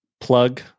Plug